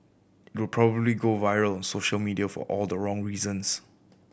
it would probably go viral social media for all the wrong reasons